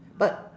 but